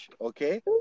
okay